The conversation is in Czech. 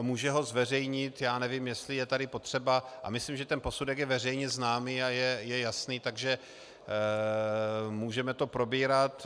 Může ho zveřejnit já nevím, jestli je tady potřeba a myslím, že ten posudek je veřejně známý a je jasný, takže můžeme to probírat.